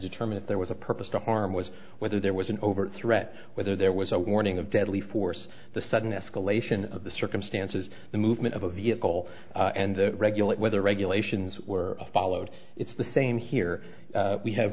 determine if there was a purpose to harm was whether there was an overt threat whether there was a warning of deadly force the sudden escalation of the circumstances the movement of a vehicle and regulate whether regulations were followed it's the same here we have